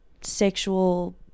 sexual